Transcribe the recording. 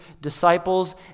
disciples